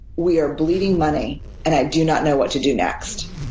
we are bleeding money and i do not know what to do next.